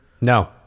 No